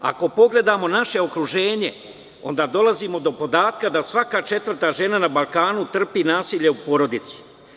Ako pogledamo naše okruženje, onda dolazimo do podatka da svaka četvrta žena na Balkanu trpi nasilje u porodici.